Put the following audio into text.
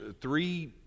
three